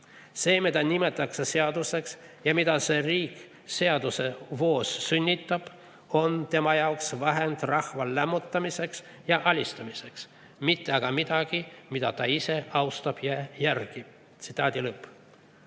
See, mida nimetatakse seaduseks ja mida see riik seadusevoos sünnitab, on tema jaoks vahend rahva lämmatamiseks ja alistamiseks, mitte aga miski, mida ta ise austab ja järgib. Tsitaadi